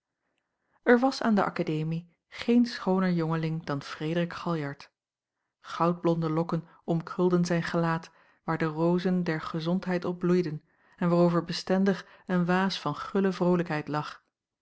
er was aan de akademie geen schooner jongeling dan frederik galjart goudblonde lokken omkrulden zijn gelaat waar de rozen der gezondheid op bloeiden en waarover bestendig een waas van gulle vrolijkheid lag